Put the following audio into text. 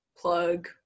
plug